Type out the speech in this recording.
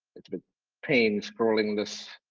it's a but pain scrolling this